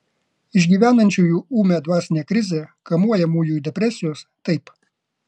išgyvenančiųjų ūmią dvasinę krizę kamuojamųjų depresijos taip